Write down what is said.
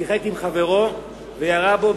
שיחק עם חברו וירה בו.